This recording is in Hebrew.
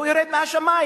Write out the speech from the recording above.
הוא ירד מהשמים.